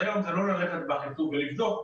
העניין הוא לא ללכת לאחיטוב לבדוק,